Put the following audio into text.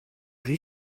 rhy